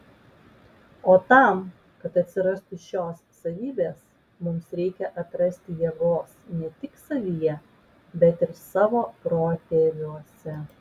o tam kad atsirastų šios savybės mums reikia atrasti jėgos ne tik savyje bet ir savo protėviuose